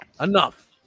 Enough